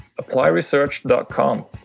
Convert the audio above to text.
applyresearch.com